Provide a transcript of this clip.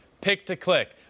pick-to-click